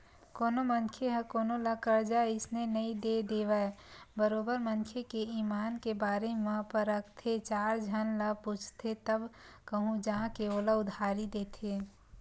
कोनो मनखे ह कोनो ल करजा अइसने नइ दे देवय बरोबर मनखे के ईमान के बारे म परखथे चार झन ल पूछथे तब कहूँ जा के ओला उधारी देथे